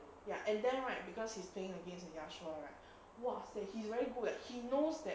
ya and then right because he's playing against the yasuo right !wahseh! he's very good eh he knows that